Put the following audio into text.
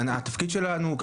התפקיד שלנו,